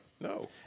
No